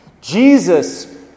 Jesus